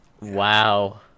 Wow